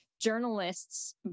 journalists